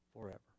forever